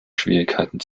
schwierigkeiten